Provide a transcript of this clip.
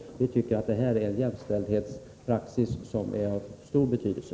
Det handlar om en jämställdhetspraxis som är av stor betydelse.